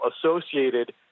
associated